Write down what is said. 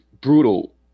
brutal